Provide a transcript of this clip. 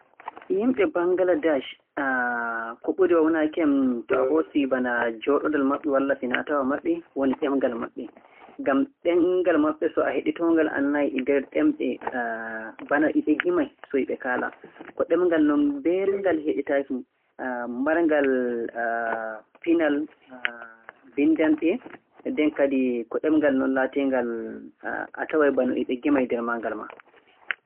Yimɓe Banngaladas ko ɓuri waawanaaki yam to a hoosi bana jooɗodal maɓɓe e finaa-tawaa maɓɓe woni ɗemngal maɓɓe. Ngam ɗemngal maɓɓe so a heɗitoongal a nanay e nder ɗemɗe - bana no ɓe ngimay. Ɗemngal ngal mbelngal heɗitaaki marngal pinal, binndanɗe nden kadi ko ɗemngal non laatiingal bana e ɓe ngimay nder maagal maa.